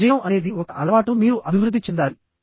విజయం అనేది ఒక అలవాటు మీరు అభివృద్ధి చెందాలి